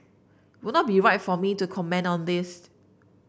would not be right for me to comment on this